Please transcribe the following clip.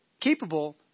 capable